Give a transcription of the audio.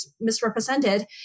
misrepresented